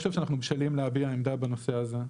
אני לא חושב שאנחנו בשלים להביע עמדה בנושא הזה.